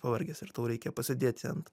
pavargęs ir tau reikia pasėdėti ant